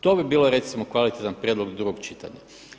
To bi bilo recimo kvalitetan prijedlog do drugog čitanja.